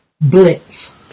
blitz